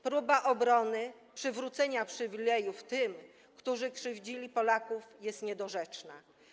Próba obrony przywrócenia przywilejów tym, którzy krzywdzili Polaków, jest niedorzeczna.